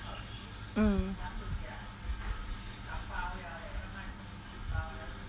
mm